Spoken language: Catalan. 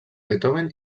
beethoven